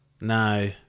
No